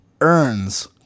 earns